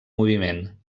moviment